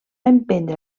emprendre